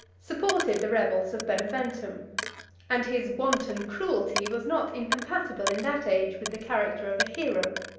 supported the rebels of beneventum and his wanton cruelty was not incompatible in that age with the character of a hero.